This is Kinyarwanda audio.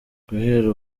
guhera